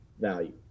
value